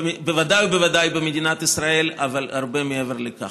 בוודאי ובוודאי במדינת ישראל אבל הרבה מעבר לכך.